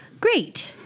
Great